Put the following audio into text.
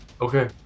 okay